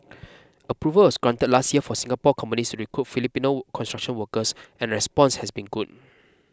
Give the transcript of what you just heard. approval was granted last year for Singapore companies to recruit Filipino construction workers and response has been good